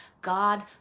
God